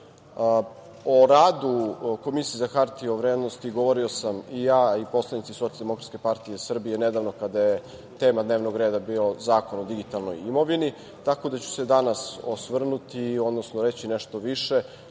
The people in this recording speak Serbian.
radu Komisije za hartije od vrednosti govorio sam i ja i poslanici SDPS nedavno kada je tema dnevnog reda bio Zakon o digitalnoj imovini, tako da ću se danas osvrnuti, odnosno reći nešto više